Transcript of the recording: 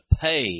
pay